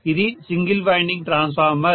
ఇది single winding transformer